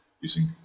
Using